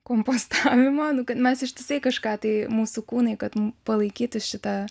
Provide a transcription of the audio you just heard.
kompostavimo mes ištisai kažką tai mūsų kūnai kad palaikyti šitą